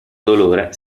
dolore